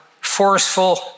forceful